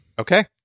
Okay